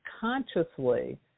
consciously